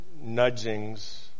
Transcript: nudgings